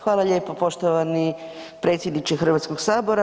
Hvala lijepo, poštovani predsjedniče Hrvatskog sabora.